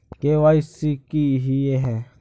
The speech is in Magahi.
के.वाई.सी की हिये है?